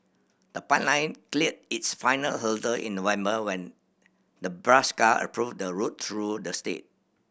the pipeline cleared its final hurdle in November when Nebraska approved a route through the state